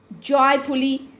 joyfully